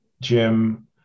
Jim